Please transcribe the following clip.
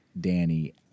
Danny